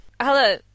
Hello